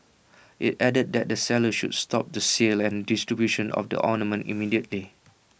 IT added that the sellers should stop the sale and distribution of the ointment immediately